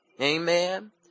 Amen